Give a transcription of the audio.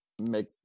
make